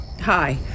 Hi